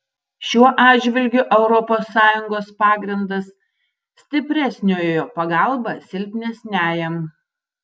šiuo atžvilgiu europos sąjungos pagrindas stipresniojo pagalba silpnesniajam